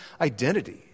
identity